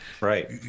Right